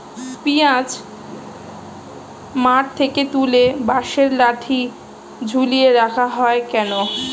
পিঁয়াজ মাঠ থেকে তুলে বাঁশের লাঠি ঝুলিয়ে রাখা হয় কেন?